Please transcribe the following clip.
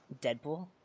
Deadpool